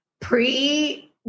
pre-